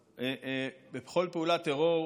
בכל פעולה טרור,